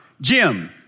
Jim